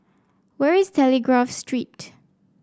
where is Telegraph Street